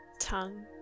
tongue